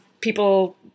people